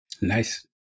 Nice